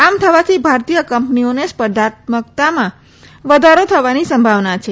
આમ થવાથી ભારતીય કંપનીઓને સ્પર્ધાત્મકતામાં વધારો થવાની સંભાવના છે